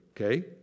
okay